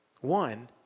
One